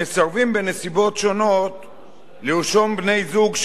לרשום בני-זוג שאחד מהם עבר הליכי גיור,